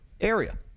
area